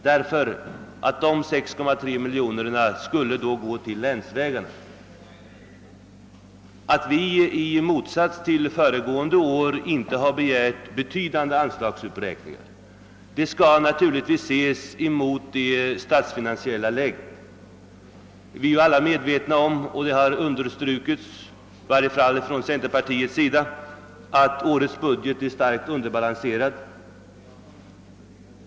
Dessa 6,3 miljoner skulle nämligen gå till länsvägarna. Att vi i motsats till föregående år inte begärt betydande anslagsupp räkningar skall naturligtvis ses mot bakgrunden av det statsfinansiella läget. Vi är alla medvetna om — och det har understrukits i varje fall från centerpartiets sida — att årets budget är starkt underbalanserad.